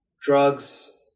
drugs